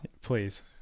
Please